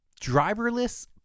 Driverless